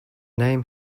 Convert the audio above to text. name